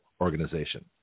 organization